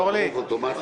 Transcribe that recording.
אין רוב אוטומטי?